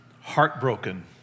heartbroken